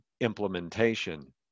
implementation